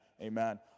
Amen